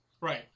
Right